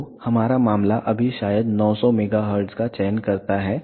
तो हमारा मामला अभी शायद 900 MHz का चयन करता है